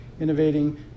innovating